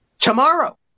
tomorrow